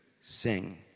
sing